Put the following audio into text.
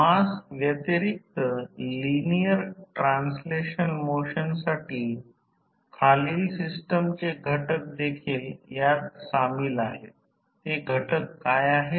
वास्तविक हे I0 प्रवाह खूपच नगण्य आहे आणि रोहीत्रच्या वाइंडिंग प्रतिरोधात देखील खूपच नगण्य आहे